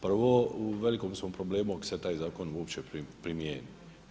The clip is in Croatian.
Prvo u velikom smo problemu ako se taj zakon uopće primijeni.